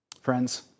Friends